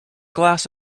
glass